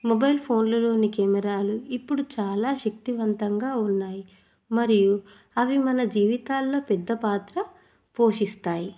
mobile ఫోన్లలోని కెమెరాలు ఇప్పుడు చాలా శక్తివంతంగా ఉన్నాయి మరియు అవి మన జీవితాల్లో పెద్ద పాత్ర పోషిస్తాయి